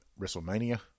WrestleMania